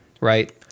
Right